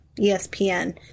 ESPN